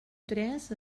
tres